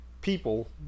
people